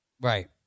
Right